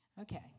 Okay